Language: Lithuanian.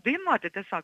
dainuoti tiesiog